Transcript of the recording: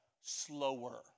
slower